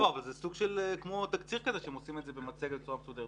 אבל זה סוג של תקציר שהם עושים במצגת בצורה מסודרת,